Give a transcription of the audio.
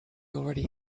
already